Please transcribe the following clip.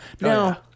Now